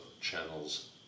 channels